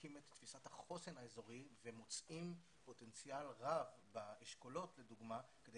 בודקים את תפיסת החוסן האזורי ומוצאים פוטנציאל רב באשכולות לדוגמה כדי